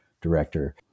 director